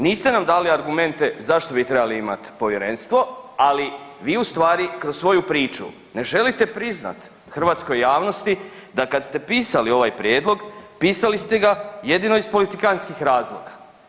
Niste nam dali argumente zašto bi trebali imat povjerenstvo, ali vi u stvari kroz svoju priču ne želite priznat hrvatskoj javnosti da kad ste pisali ovaj prijedlog pisali ste ga jedino iz politikanskih razloga.